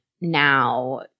now